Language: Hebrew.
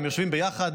הם יושבים ביחד,